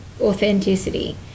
authenticity